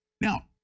Now